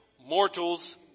mortals